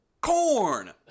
Corn